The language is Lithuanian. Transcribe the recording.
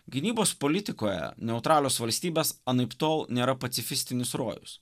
gynybos politikoje neutralios valstybės anaiptol nėra pacifistinis rojus